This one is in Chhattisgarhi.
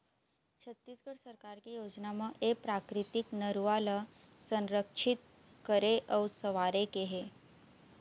छत्तीसगढ़ सरकार के योजना म ए प्राकृतिक नरूवा ल संरक्छित करे अउ संवारे के हे